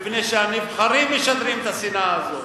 מפני שהנבחרים משדרים את השנאה הזאת.